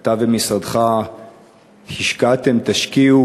אתה ומשרדך השקעתם ותשקיעו,